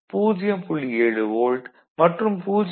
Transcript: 7 volt மற்றும் 0